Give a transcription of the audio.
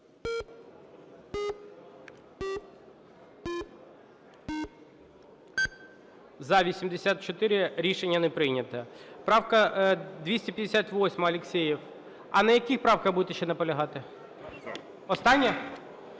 За-84 Рішення не прийнято. Правка 258-а, Алєксєєв. А на яких правках будете ще наполягати? Остання?